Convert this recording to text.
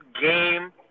game